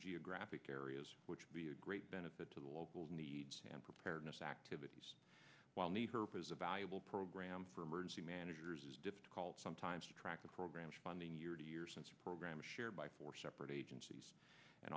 geographic areas which would be a great benefit to the local needs and preparedness activities while need her because of valuable program for emergency managers it's difficult sometimes to track the program's funding year to year since a program shared by four separate agencies and